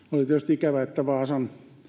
ikävää että vaasan